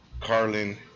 Carlin